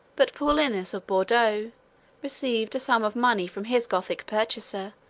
but paulinus of bourdeaux received a sum of money from his gothic purchaser,